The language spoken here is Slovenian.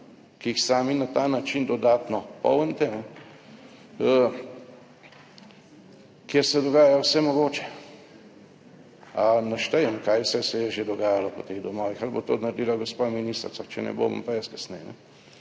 ki jih sami na ta način dodatno polnite, kjer se dogaja vse mogoče. Ali naštejem kaj vse se je že dogajalo po teh domovih? Ali bo to naredila gospa ministrica? Če ne bo, bom pa jaz kasneje.